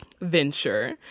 venture